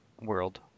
world